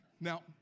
Now